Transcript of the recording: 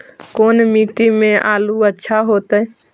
कोन मट्टी में आलु अच्छा होतै?